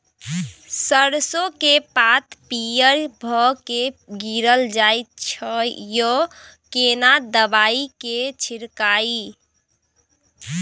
सरसो के पात पीयर भ के गीरल जाय छै यो केना दवाई के छिड़कीयई?